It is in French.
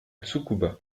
tsukuba